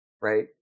right